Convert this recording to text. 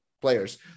players